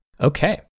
Okay